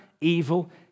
Evil